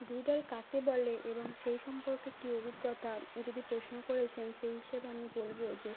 doodle কাকে বলে এবং সেই সম্পর্কে কী অভিজ্ঞতা যদি প্রশ্ন করেছেন সেই হিসাবে আমি বলব যে